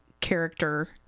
character